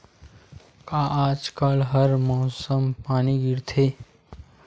का आज कल हर मौसम पानी गिरथे?